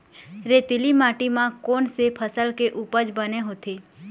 रेतीली माटी म कोन से फसल के उपज बने होथे?